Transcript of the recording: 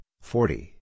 forty